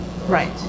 Right